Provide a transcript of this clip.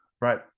right